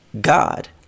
God